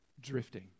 Drifting